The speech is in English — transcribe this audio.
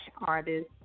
artist